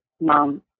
Mom